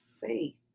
faith